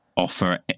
Offer